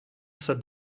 set